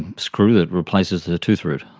and screw that replaces the the tooth root.